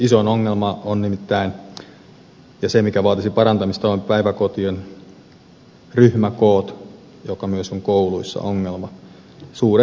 isoin ongelma ja se mikä vaatisi parantamista on nimittäin päiväkotien ryhmäkoot joka myös on kouluissa ongelma suuret ryhmäkoot